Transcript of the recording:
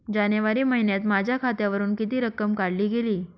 जानेवारी महिन्यात माझ्या खात्यावरुन किती रक्कम काढली गेली?